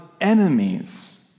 enemies